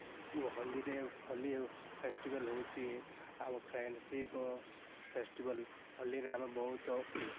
ଓ ହୋଲିରେ ହୋଲି ଫେଷ୍ଟିବାଲ ହେଉଛି ଆମ ଫ୍ରେଣ୍ଡସିପ ଫେଷ୍ଟିବାଲ ହୋଲିରେ ଆମେ ବହୁତ